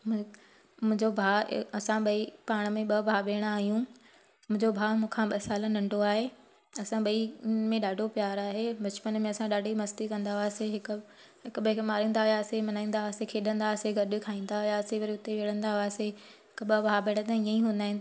मूं हिकु मुंहिंजो भाउ असां ॿई पाण में ॿ भाउ भेणु आयूं मुंजो भाउ मूंखां ॿ साल नंढो आहे असां ॿई में ॾाढो प्यारु आहे बचपन में असां ॾाढी मस्ती हुआसीं हिकु हिक ॿे खे मारींदा हुआसीं मल्हाईंदा हुआसीं खेॾंदा हुआसीं गॾु खाईंदा हुआसीं वरी हुते विणंदा हुआसीं हिक ॿ भाउ भेणु त ईअं ई हूंदा आहिनि